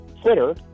Twitter